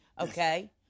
Okay